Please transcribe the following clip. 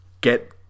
get